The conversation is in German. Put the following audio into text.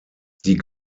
die